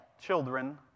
children